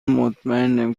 مطمئنم